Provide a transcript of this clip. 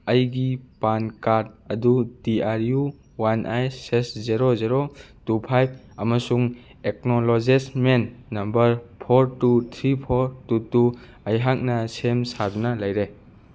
ꯑꯩꯒꯤ PAN card ꯑꯗꯨ T R U one A S zero zero two five ꯑꯃꯁꯨꯡ acknowledgement number four two three four two two ꯑꯩꯍꯥꯛꯅ ꯁꯦꯝ ꯁꯥꯗꯨꯅ ꯂꯩꯔꯦ